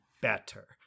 better